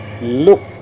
look